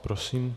Prosím.